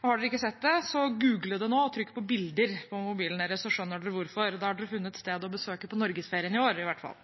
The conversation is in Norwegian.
og har dere ikke sett det, så google det nå og trykk på «bilder» på mobilen deres, så skjønner dere hvorfor – da har dere funnet stedet å besøke på norgesferien i år, i hvert fall.